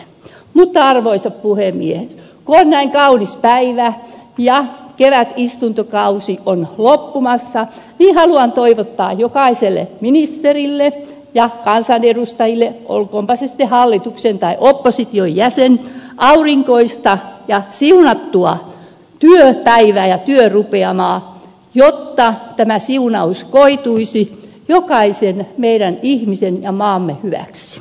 mutta arvoisa puhemies kun on näin kaunis päivä ja kevätistuntokausi on loppumassa haluan toivottaa jokaiselle ministerille ja kansanedustajalle olkoonpa sitten hallituksen tai opposition jäsen aurinkoista ja siunattua työpäivää ja työrupeamaa jotta tämä siunaus koituisi meidän jokaisen ihmisen ja maamme hyväksi